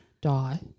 Die